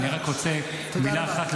אני רוצה רק מילה אחת,